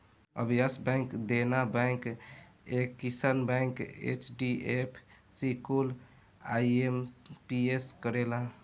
अब Yes Bank, Dena bank, Axis bank, HDFC कुल IMPS करेला